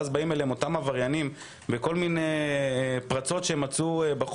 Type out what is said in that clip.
ואז באים אליהם אותם עבריינים שמצאו כל מיני פרצות בחוק,